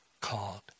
called